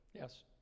Yes